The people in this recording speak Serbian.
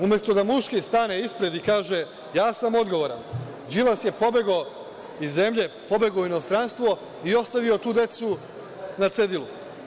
Umesto da muški stane ispred i kaže – ja sam odgovoran, Đilas je pobegao iz zemlje, pobegao u inostranstvo i ostavio tu decu na cedilu.